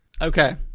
okay